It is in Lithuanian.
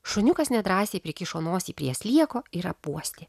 šuniukas nedrąsiai prikišo nosį prie slieko ir apuostė